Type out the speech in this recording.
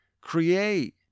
create